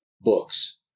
books